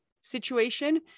situation